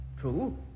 True